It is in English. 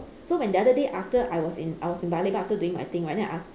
so when the other day after I was in I was in paya-lebar after doing my thing right then I ask